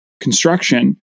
construction